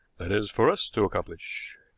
that is for us to accomplish.